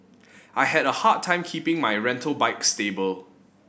I had a hard time keeping my rental bike stable